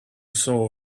saw